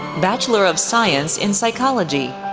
bachelor of science in psychology.